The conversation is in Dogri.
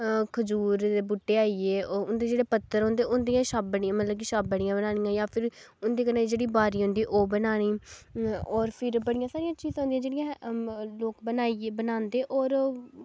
खजूर दे बूह्टे आई गे ओह् उंदे जेह्ड़े पत्तर होंदे उंदियां छाबड़ियां मतलब कि छाबड़ियां बनानियां जां फिर उं'दे कन्नै जेह्ड़ी ब्हारी होंदी ओह् बनानी होर फिर बड़ियां सारियां चीजां न जेह्ड़ियां लोग बनाइयै बनांदे होर